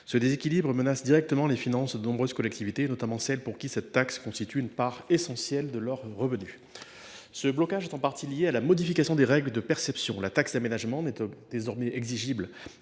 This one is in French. Ce déséquilibre menace directement les finances de nombreuses collectivités, notamment celles pour qui cette taxe constitue une part essentielle des revenus. Ce blocage est en partie lié à la modification des règles de perception : la taxe d’aménagement n’est désormais exigible